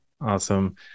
Awesome